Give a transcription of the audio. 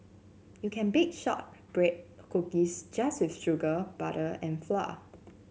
you can bake shortbread cookies just with sugar butter and flour